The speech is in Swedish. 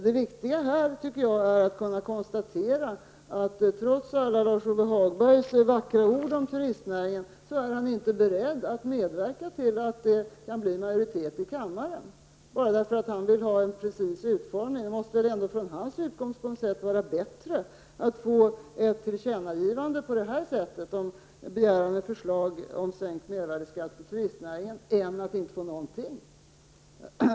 Jag tycker att det viktiga är att kunna konstatera att Lars-Ove Hagberg trots alla vackra ord om turistnäringen inte är beredd att medverka till att bilda en majoritet i kammaren bara därför att han vill ha en preciserad utformning. Från hans utgångspunkt borde det väl vara bättre att få ett tillkännagivande på det här sättet, med begäran om ett förslag om en sänkning av mervärdeskatten på turistnäringen, än att inte få någonting.